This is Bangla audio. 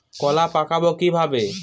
কলা পাকাবো কিভাবে?